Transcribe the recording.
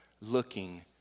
looking